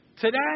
today